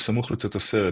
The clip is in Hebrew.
בסמוך לצאת הסרט,